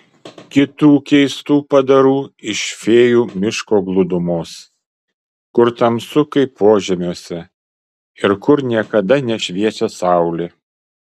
kitų keistų padarų iš fėjų miško glūdumos kur tamsu kaip požemiuose ir kur niekada nešviečia saulė